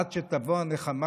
עד שתבוא הנחמה,